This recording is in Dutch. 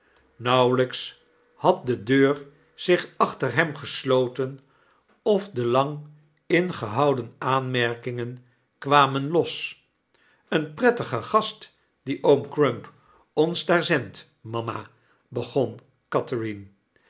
nauwelgks had de deur zich achterhemgesloten of de lang ingehouden aanmerkingen kwamen los een prettige gast dien oom crump ons daar zendt mama begon catherine